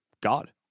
God